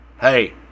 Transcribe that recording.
Hey